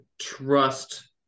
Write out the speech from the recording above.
trust